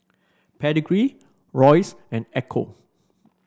Pedigree Royce and Ecco